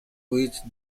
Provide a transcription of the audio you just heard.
which